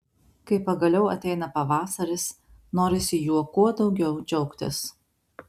kai pagaliau ateina pavasaris norisi juo kuo daugiau džiaugtis